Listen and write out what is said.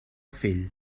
fill